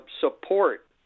support